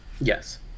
Yes